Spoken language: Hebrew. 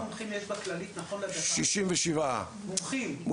כמה רופאים מומחים יש בכללית נכון לדקה הזאת?